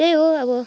त्यही हो अब